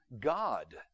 God